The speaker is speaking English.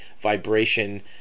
vibration